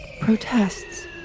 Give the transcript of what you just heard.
protests